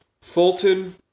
Fulton